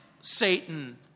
Satan